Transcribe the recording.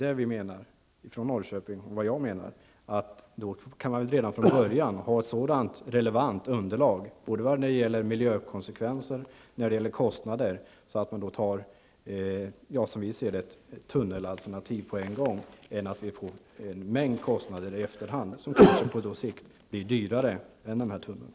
Det är därför jag menar att man redan från början kunde ha ett relevant underlag både vad gäller miljökonsekvenser och vad gäller kostnader som gör att man väljer ett tunnelalternativ. Annars kan det bli en mängd kostnader i efterhand som på sikt gör ytvägsalternativet dyrare än tunnelalternativet.